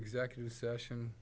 executive session